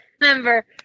remember